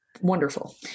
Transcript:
wonderful